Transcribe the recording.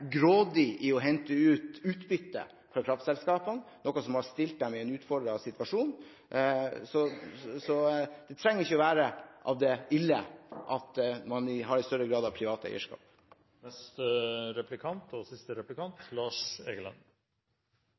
hensyn til å hente ut utbytte fra kraftselskapene, noe som har satt dem i en utfordrende situasjon. Det trenger ikke å være ille at man har en større grad av privat eierskap.